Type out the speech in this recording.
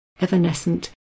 evanescent